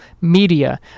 media